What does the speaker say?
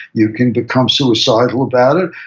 you can become suicidal about it,